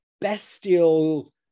bestial